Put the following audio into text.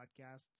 podcasts